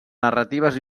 narratives